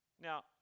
Now